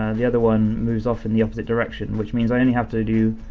and the other one moves off in the opposite direction, which means i only have to do,